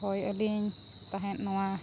ᱦᱳᱭ ᱟᱹᱞᱤᱧ ᱛᱟᱦᱮᱸᱫ ᱱᱚᱣᱟ